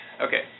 Okay